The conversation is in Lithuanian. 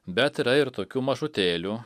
bet yra ir tokių mažutėlių